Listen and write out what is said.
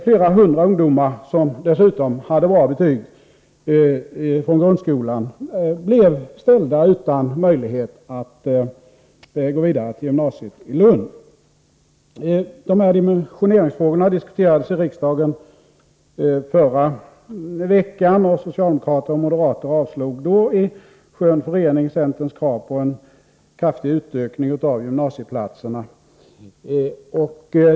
Flera hundra ungdomar, som dessutom hade bra betyg från grundskolan, blev ställda utan möjlighet att gå vidare till gymnasiet i Lund. De här dimensioneringsfrågorna diskuterades alltså i riksdagen förra veckan, och socialdemokrater och moderater avslog då i skön förening centerns krav på en kraftig utökning av antalet gymnasieplatser.